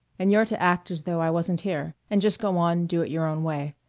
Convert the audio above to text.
and you're to act as though i wasn't here, and just go on do it your own way.